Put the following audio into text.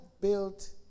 built